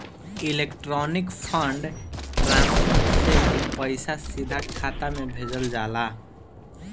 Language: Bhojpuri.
इलेक्ट्रॉनिक फंड ट्रांसफर से भी पईसा सीधा खाता में भेजल जाला